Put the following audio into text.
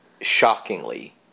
shockingly